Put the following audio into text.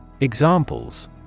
Examples